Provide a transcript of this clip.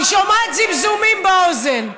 אני שומעת זמזומים באוזן.